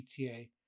GTA